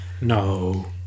No